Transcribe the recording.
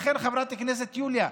לכן, חברת הכנסת יוליה,